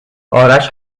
آرش